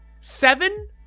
seven